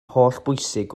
hollbwysig